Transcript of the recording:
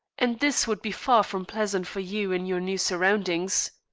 and this would be far from pleasant for you in your new surroundings.